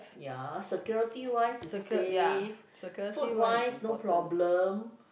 ya security wise it's safe food wise no problem